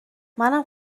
منم